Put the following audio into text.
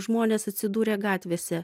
žmonės atsidūrė gatvėse